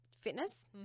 fitness